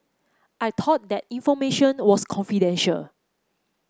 I thought that information was confidential